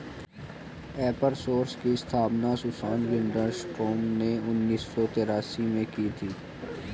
एपर सोर्स की स्थापना सुसान लिंडस्ट्रॉम ने उन्नीस सौ तेरासी में की थी